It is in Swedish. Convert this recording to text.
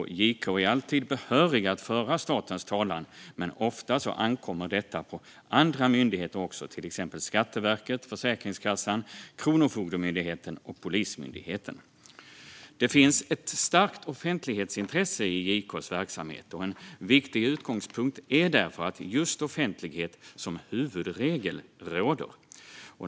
JK är alltid behörig att föra statens talan, men ofta ankommer detta på andra myndigheter, till exempel Skatteverket, Försäkringskassan, Kronofogdemyndigheten och Polismyndigheten. Det finns ett starkt offentlighetsintresse i JK:s verksamhet. En viktig utgångspunkt är därför att just offentlighet som huvudregel råder.